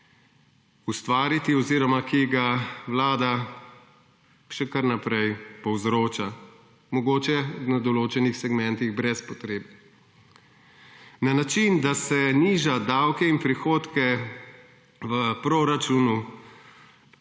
ustvariti oziroma ki ga Vlada še kar naprej povzroča, mogoče na določenih segmentih brez potrebe. Na način, da se niža davke in prihodke v proračunu,